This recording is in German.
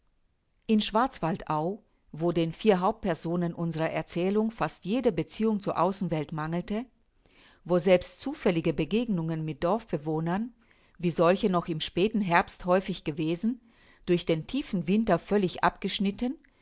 in schwarzwaldau wo den vier hauptpersonen unserer erzählung fast jede beziehung zur außenwelt mangelte wo selbst zufällige begegnungen mit dorfbewohnern wie solche noch im späten herbst häufig gewesen durch den tiefen winter völlig abgeschnitten